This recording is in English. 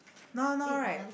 now now right